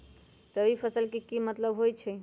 रबी फसल के की मतलब होई छई?